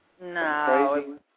No